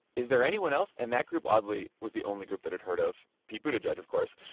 is there anyone else? and that group oddly was the only group that had heard of pete buttigieg of course.